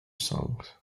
songs